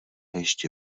ještě